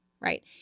right